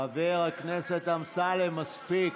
חבר הכנסת אמסלם, מספיק.